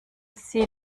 sie